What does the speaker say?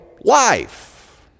life